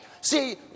See